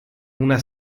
una